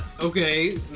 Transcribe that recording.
Okay